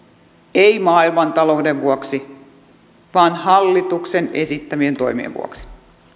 ei maailmantalouden vuoksi vaan hallituksen esittämien toimien vuoksi